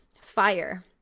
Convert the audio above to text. Fire